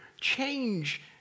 change